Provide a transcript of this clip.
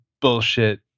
bullshit